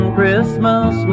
Christmas